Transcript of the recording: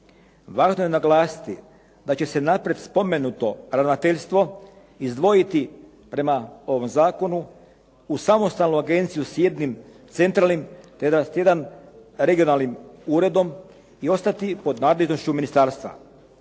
Važno je naglasiti da će se naprijed spomenuto ravnateljstvo izdvojiti prema ovom zakonu u samostalnu agenciju s jednim centralnim te …/Govornik se ne razumije./… regionalnim uredom i ostati pod nadležnošću ministarstva.